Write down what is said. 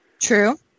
True